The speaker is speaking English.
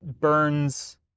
burns